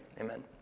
Amen